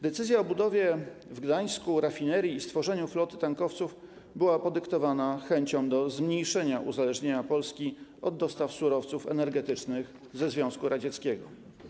Decyzja o budowie w Gdańsku rafinerii i stworzeniu floty tankowców była podyktowana chęcią zmniejszenia uzależnienia Polski od dostaw surowców energetycznych ze Związku Radzieckiego.